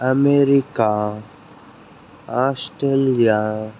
America Australia